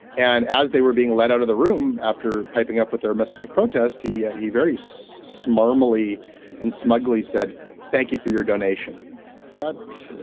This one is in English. and as they were being let out of the room after piping up with their message of protest he yeah he very so smartly and smugly said thank you for your donation but